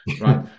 right